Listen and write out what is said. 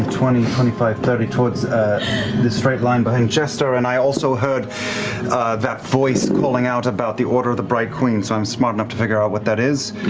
and twenty, twenty five, thirty towards the straight line behind jester and i also heard that voice calling out about the order of the bright queen. so i'm smart enough to figure out what that is.